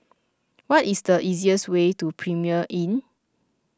what is the easiest way to Premier Inn